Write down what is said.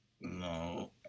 No